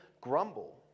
grumble